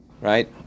right